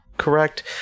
correct